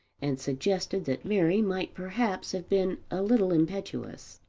and suggested that mary might perhaps have been a little impetuous.